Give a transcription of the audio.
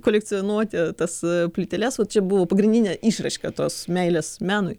kolekcionuoti tas plyteles vat čia buvo pagrindinė išraiška tos meilės menui